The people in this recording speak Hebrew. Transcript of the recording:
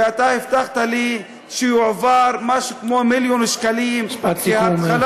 ואתה הבטחת לי שיועברו משהו כמו מיליון שקלים מהתחלה.